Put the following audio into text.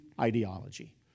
ideology